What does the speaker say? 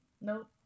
Nope